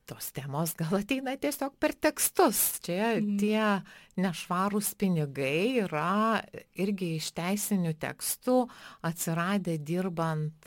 tos temos gal ateina tiesiog per tekstus čia tie nešvarūs pinigai yra irgi iš teisinių tekstų atsiradę dirbant